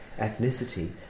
ethnicity